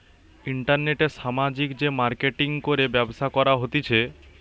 ইন্টারনেটে সামাজিক যে মার্কেটিঙ করে ব্যবসা করা হতিছে